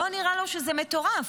לא נראה לו שזה מטורף.